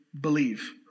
believe